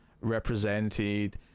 represented